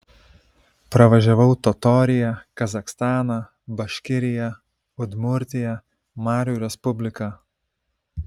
pravažiavau totoriją kazachstaną baškiriją udmurtiją marių respubliką